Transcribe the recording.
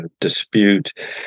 dispute